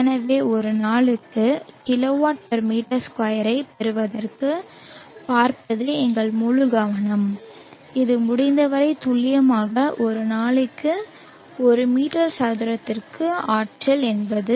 எனவே ஒரு நாளைக்கு kW m2 ஐப் பெறுவதைப் பார்ப்பதே எங்கள் முழு கவனம் இது முடிந்தவரை துல்லியமாக ஒரு நாளைக்கு ஒரு மீட்டர் சதுரத்திற்கு ஆற்றல் என்பது